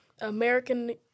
American